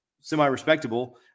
semi-respectable